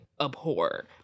abhor